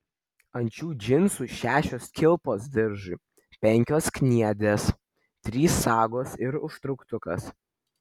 ant šių džinsų šešios kilpos diržui penkios kniedės trys sagos ir užtrauktukas